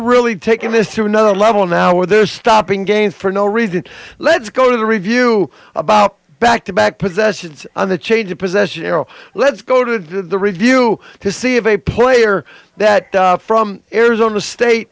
really taking this to another level now where they're stopping games for no reason let's go to the review about back to back possessions on the change to possess you know let's go to the review to see if a player that from arizona state